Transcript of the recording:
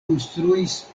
konstruis